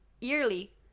yearly